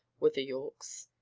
were the yorkes.